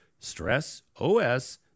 StressOS